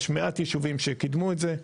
יש מעט ישובים שקידמו את זה.